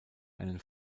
einen